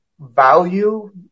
value